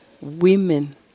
women